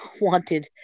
wanted